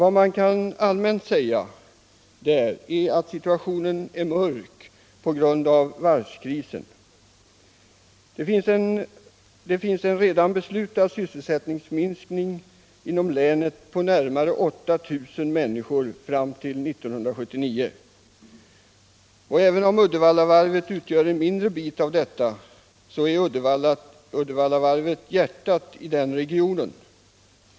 Allmänt kan man säga att situationen där är mörk på grund av varvskrisen. Redan nu har man inom länet beslutat om en sysselsättningsminskning fram till 1979, som uppgår till närmare 8 000 människor. Även om Uddevallavarvet AB utgör en mindre bit är det hjärtat i den regionen.